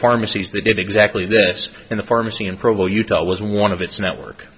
pharmacies they did exactly this and the pharmacy in provo utah was one of its network